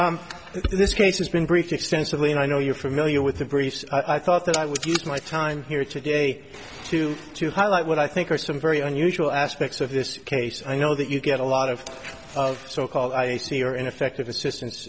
of this case has been briefed extensively and i know you're familiar with the briefs i thought that i would use my time here today to to highlight what i think are some very unusual aspects of this case i know that you get a lot of so called i see are ineffective assistance